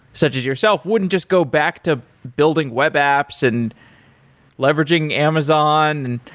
such as yourself, wouldn't just go back to building web apps and leveraging amazon,